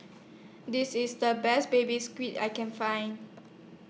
This IS The Best Baby Squid I Can Find